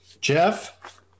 Jeff